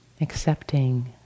accepting